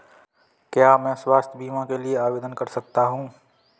क्या मैं स्वास्थ्य बीमा के लिए आवेदन कर सकता हूँ?